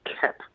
cap